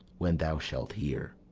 when thou shalt hear.